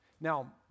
Now